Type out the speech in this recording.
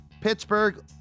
Pittsburgh